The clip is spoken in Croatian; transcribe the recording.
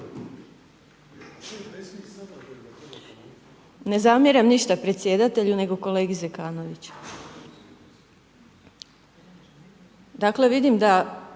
Ne zamjeram ništa predsjedatelju nego kolegi Zekanoviću. Dakle vidim da